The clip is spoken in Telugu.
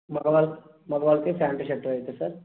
మగవాళ్ళ మగవాళ్ళకి ఫాంటు షర్టు అవుతుంది సార్